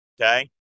Okay